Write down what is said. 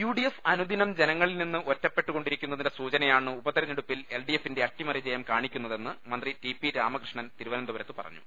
UDF അനുദിനം ജനങ്ങളിൽ നിന്ന് ഒറ്റപ്പെട്ടുകൊണ്ടിരി ക്കുന്നതിന്റെ സൂചനയാണ് ഉപതെരഞ്ഞെടുപ്പിൽ എൽഡിഎഫിന്റെ അട്ടിമറിജയം കാണിക്കുന്നതെന്ന് മന്ത്രി ടി പി രാമകൃഷ്ണൻ തിരു വനന്തപുരത്ത് പറഞ്ഞു